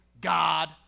God